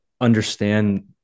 understand